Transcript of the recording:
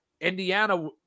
Indiana